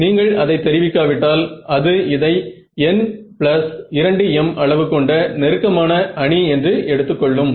நீங்கள் அதை தெரிவிக்கா விட்டால் அது இதை n2m அளவு கொண்ட நெருக்கமான அணி என்று எடுத்துக் கொள்ளும்